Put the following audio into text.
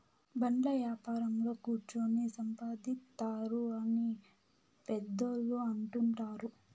బాండ్ల యాపారంలో కుచ్చోని సంపాదిత్తారు అని పెద్దోళ్ళు అంటుంటారు